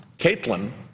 katelin